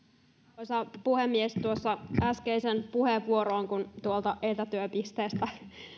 arvoisa puhemies tuossa kun äskeiseen puheenvuoroon tuolta etätyöpisteestä